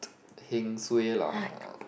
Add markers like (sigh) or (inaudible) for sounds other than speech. (noise) heng suay lah